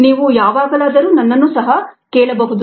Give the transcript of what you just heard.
ನೀವು ಯಾವಾಗಲಾದರೂ ನನ್ನನ್ನು ಸಹ ಕೇಳಬಹುದು